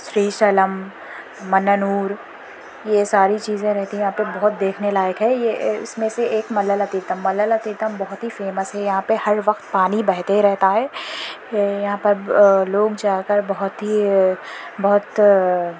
سری شلم منانور یہ ساری چیزیں رہتی ہے یہاں پر بہت دیکھنے لائق ہے یہ اس میں سے ایک ملالا تیرتم ملالا تیرتم بہت ہی فیمس ہے یہاں پہ ہر وقت پانی بہتے رہتا ہے یہاں پر لوگ جا کر بہت ہی بہت